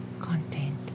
content